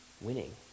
winning